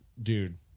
Dude